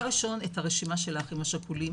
דבר ראשון, את הרשימה של האחים השכולים.